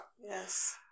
Yes